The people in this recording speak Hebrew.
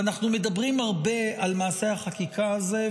אנחנו מדברים הרבה על מעשה החקיקה הזה,